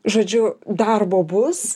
žodžiu darbo bus